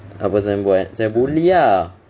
apa sayang buat sayang buli ah